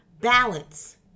balance